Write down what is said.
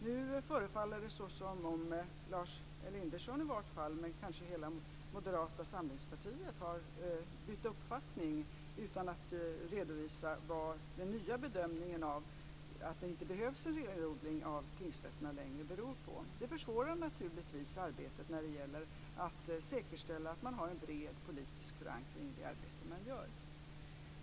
Nu förefaller i varje fall Lars Elinderson - kanske hela Moderata samlingspartiet - ha bytt uppfattning utan att redovisa vad den nya bedömningen, att det inte längre behövs en renodling av tingsrätterna, beror på. Detta försvårar naturligtvis arbetet när det gäller att säkerställa att man har en bred politisk förankring i det arbete man gör.